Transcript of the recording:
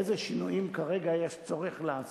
איזה שינויים יש לעשות